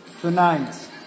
tonight